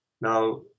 Now